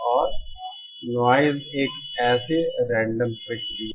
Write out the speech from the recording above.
और नॉइज़ एक ऐसी रेंडम प्रक्रिया है